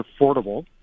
affordable